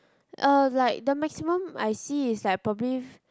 uh like the maximum I see is like probably f~